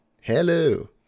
Hello